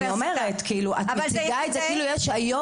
אני אומרת שאת מציגה את זה כאילו שיש היום